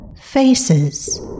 faces